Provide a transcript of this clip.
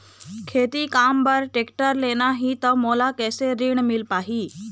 खेती काम बर टेक्टर लेना ही त मोला कैसे ऋण मिल पाही?